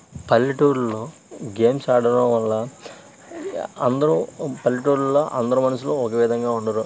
పల్లెటూళ్ళలో గేమ్స్ ఆడడం వల్ల అందరూ పల్లెటూళ్ళలో అందరూ మనుషులు ఒకే విధంగా ఉండరు